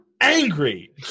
angry